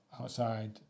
outside